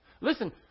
Listen